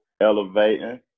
Elevating